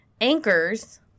anchors